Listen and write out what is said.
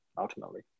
Ultimately